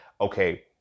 okay